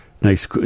Nice